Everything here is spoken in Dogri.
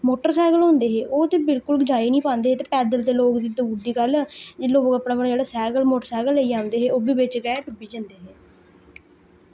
मोटर सैकल होंदे हे ओह् ते बिल्कुल जाई निं पांदे ते पैद्दल ते लोक दूर दी गल्ल जिसलै कुतै अपना अपना सैकल मोटरसैकल आंदे हे ओह् बी बिच्च गै डुब्बी जंदे हे